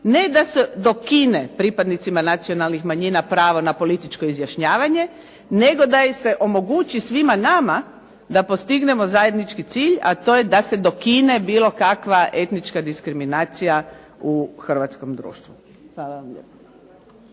ne da se dokine pripadnicima nacionalnih manjina pravo na političko izjašnjavanje, nego da se omogući svima nama da postignemo zajednički cilj, a to je da se dokine bilo kakva etnička diskriminacija u hrvatskom društvu.